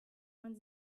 man